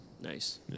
Nice